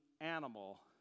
animal